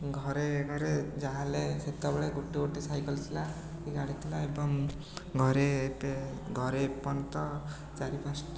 ଘରେ ଘରେ ଯାହାହେଲେ ସେତେବେଳେ ଗୋଟେ ଗୋଟେ ସାଇକଲ୍ ଥିଲା କି ଗାଡ଼ି ଥିଲା ଏବଂ ଘରେ ଏବେ ଘରେ ଏ ପର୍ଯ୍ୟନ୍ତ ଚାରି ପାଞ୍ଚଟା